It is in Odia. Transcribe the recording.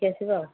ନେଇକି ଆସିବା ଆଉ